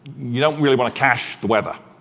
you don't really want to cache the weather.